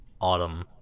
autumn